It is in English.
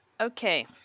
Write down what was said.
okay